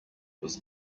was